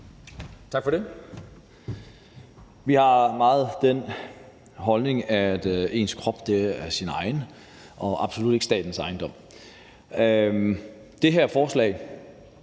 Tak for det. Vi har meget den holdning, at ens krop er ens egen og absolut ikke statens ejendom. Det her forslag